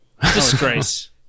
Disgrace